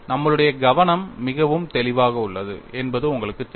நம்மளுடைய கவனம் மிகவும் தெளிவாக உள்ளது என்பது உங்களுக்குத் தெரியும்